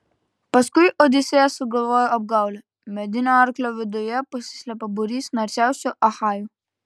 paskui odisėjas sugalvojo apgaulę medinio arklio viduje pasislėpė būrys narsiausių achajų